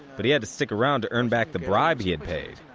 but he had to stick around to earn back the bribe he had paid.